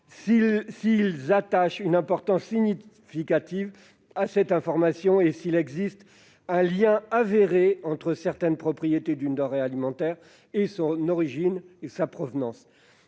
s'ils attachent une importance significative à cette information et s'il existe un lien avéré entre certaines propriétés d'une denrée alimentaire et son origine ou sa provenance.